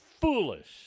foolish